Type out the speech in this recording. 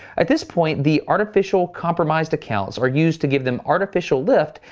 at this point the artificial compromised accounts are used to give them artificial lift,